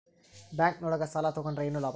Bank ನೊಳಗ ಸಾಲ ತಗೊಂಡ್ರ ಏನು ಲಾಭ?